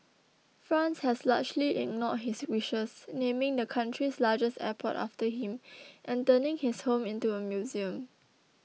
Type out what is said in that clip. France has largely ignored his wishes naming the country's largest airport after him and turning his home into a museum